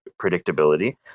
predictability